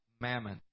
mammon